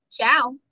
Ciao